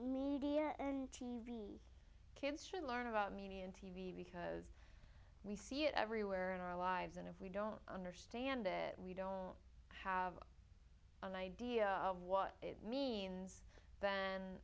media and t v kids should learn about me in t v because we see it everywhere in our lives and if we don't understand that we don't have an idea of what it means then